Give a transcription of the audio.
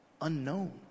unknown